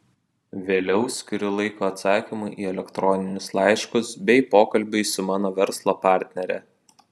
vėliau skiriu laiko atsakymui į elektroninius laiškus bei pokalbiui su mano verslo partnere